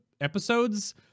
episodes